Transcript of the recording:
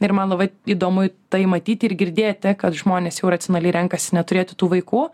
ir man labai įdomu tai matyti ir girdėti kad žmonės jau racionaliai renkasi neturėti tų vaikų